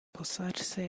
posarse